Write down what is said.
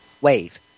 wave